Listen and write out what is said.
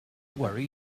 worry